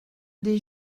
des